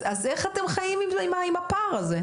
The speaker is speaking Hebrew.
אז איך אתם חיים עם הפער הזה?